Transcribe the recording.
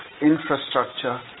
infrastructure